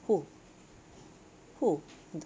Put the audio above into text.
who who